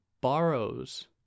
borrows